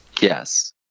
Yes